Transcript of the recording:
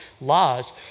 laws